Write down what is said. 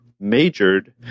majored